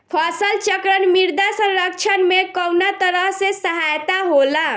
फसल चक्रण मृदा संरक्षण में कउना तरह से सहायक होला?